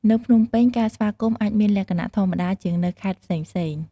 នៅភ្នំពេញ ការស្វាគមន៍អាចមានលក្ខណៈធម្មតាជាងនៅខេត្តផ្សេងៗ។